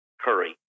Curry